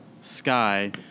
Sky